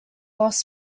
lost